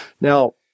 Now